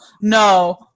no